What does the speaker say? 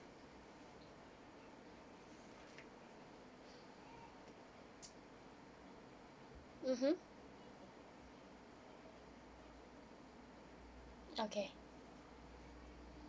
mmhmm okay